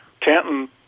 Tanton